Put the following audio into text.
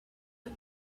but